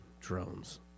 drones